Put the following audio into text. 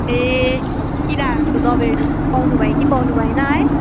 ए किराहरूको दबाईहरू पाउनु भयो कि पाउनु भएन है